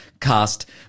cast